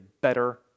better